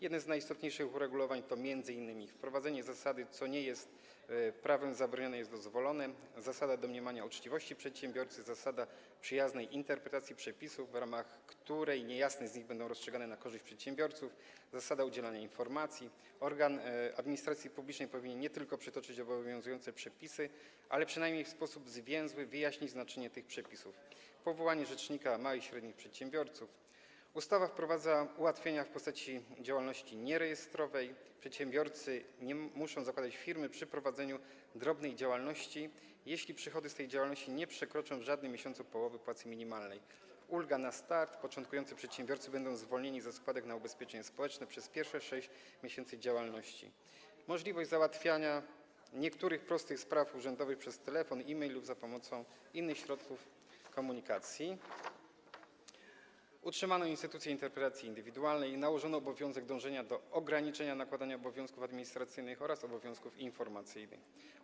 Jedne z najistotniejszych uregulowań to m.in.: wprowadzenie zasady: co nie jest prawem zabronione, jest dozwolone; zasada domniemania uczciwości przedsiębiorcy; zasada przyjaznej interpretacji przepisów, w ramach której niejasne przepisy będą rozstrzygane na korzyść przedsiębiorców; zasada udzielania informacji - organ administracji publicznej powinien nie tylko przytoczyć obowiązujące przepisy, ale przynajmniej w sposób zwięzły wyjaśnić znaczenie tych przepisów; powołanie rzecznika małych i średnich przedsiębiorców; stawa wprowadza ułatwienia w postaci działalności nierejestrowej, przedsiębiorcy nie muszą zakładać firmy w przypadku prowadzenia drobnej działalności, jeśli przychody z tej działalności nie przekroczą w żadnym miesiącu połowy płacy minimalnej; ulga na start - początkujący przedsiębiorcy będą zwolnieni ze składek na ubezpieczenie społeczne przez pierwszych 6 miesięcy działalności; możliwość załatwiania niektórych prostych spraw urzędowych przez telefon, e-mail lub za pomocą innych środków komunikacji; utrzymanie instytucji interpretacji indywidualnej; nałożenie obowiązku dążenia do ograniczenia nakładania obowiązków administracyjnych oraz obowiązków informacyjnych.